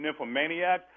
nymphomaniacs